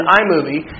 iMovie